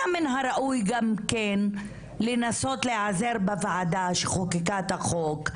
היה ראוי לנסות להיעזר בוועדה שחוקקה את החוק,